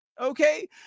okay